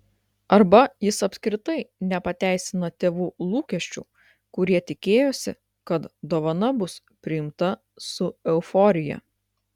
arba jis apskritai nepateisina tėvų lūkesčių kurie tikėjosi kad dovana bus priimta su euforija